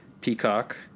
Peacock